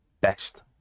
best